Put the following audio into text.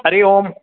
हरिः ओम्